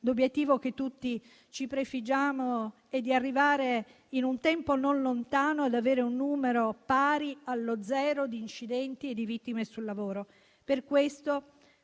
L'obiettivo che tutti ci prefiggiamo è di arrivare, in un tempo non lontano, ad avere un numero di incidenti e di vittime sul lavoro pari allo